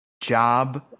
job